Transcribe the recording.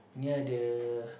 near the